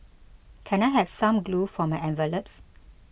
can I have some glue for my envelopes